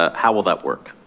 ah how will that work?